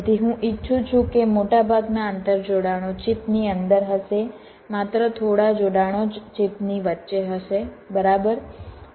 તેથી હું ઈચ્છું છું કે મોટાભાગના આંતરજોડાણો ચિપની અંદર હશે માત્ર થોડા જોડાણો જ ચિપની વચ્ચે જશે બરાબર